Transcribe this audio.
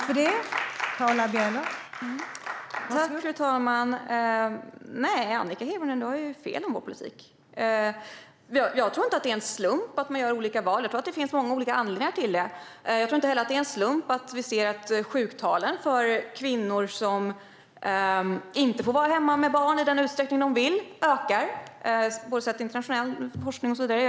Fru talman! Annika Hirvonen Falk har fel om vår politik. Jag tror inte att det är en slump att man gör olika val. Jag tror att det finns många olika anledningar till det. Jag tror inte heller att det är en slump att sjuktalen ökar för kvinnor som inte får vara hemma med barn i den utsträckning de vill, även enligt internationell forskning och så vidare.